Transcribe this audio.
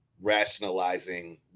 rationalizing